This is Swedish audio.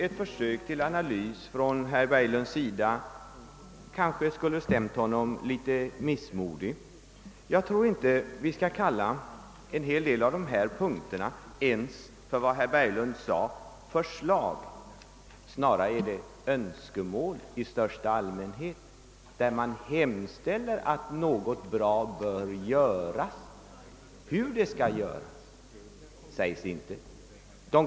Ett försök till analys kanske skulle ha stämt herr Berglund missmodig. En hel del av dessa punkter kan man nog inte ens beteckna som förslag, som herr Berglund gjorde. Sna rare är det fråga om önskemål i största allmänhet; man hemställer om att något bra skall göras. Hur det skall göras sägs inte.